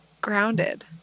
grounded